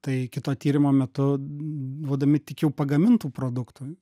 tai kito tyrimo metu duodami tik jau pagamintų produktų